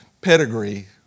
pedigree